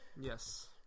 Yes